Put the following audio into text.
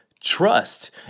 trust